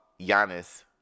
Giannis